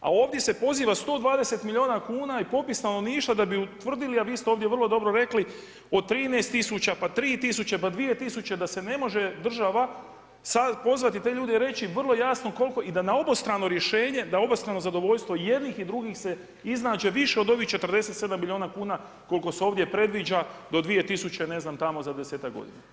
A ovdje se poziva 120 milijuna je popis stanovništva da bi utvrdili, a vi ste ovdje vrlo dobro rekli, od 13 000, pa 3 000, 2 000 da ne može država sad pozvati te ljude i reći vrlo jasno koliko i da na obostrano rješenje, na obostrano zadovoljstvo jednih i drugih se iznađe više od ovih 47 milijuna kuna koliko se predviđa do 2000. ne znam, tamo za desetak godina.